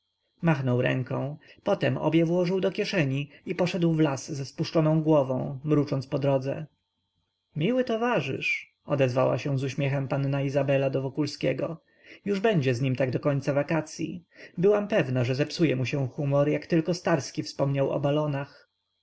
machnął ręką potem obie włożył do kieszeni i poszedł w las ze spuszczoną głową mrucząc po drodze miły towarzysz odezwała się z uśmiechem panna izabela do wokulskiego już będzie z nim tak do końca wakacyj byłam pewna że zepsuje mu się humor jak tylko starski wspomniał o balonach